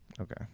Okay